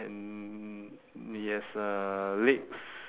armrest ah a small portion of it is visible